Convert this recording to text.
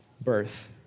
birth